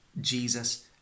Jesus